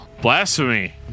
Blasphemy